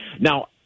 now